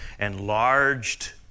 enlarged